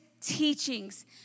teachings